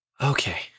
Okay